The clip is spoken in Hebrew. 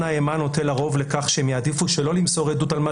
האימה נוטה לרוב לכך שהם יעדיפו שלא למסור עדות על מה